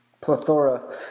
plethora